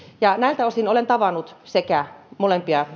näiltä osin olen tavannut molempia